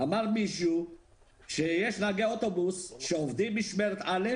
אמר מישהו שיש נהגי אוטובוס שעובדים משמרת א',